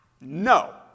no